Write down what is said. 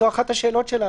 זו אחת השאלות שלנו.